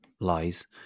lies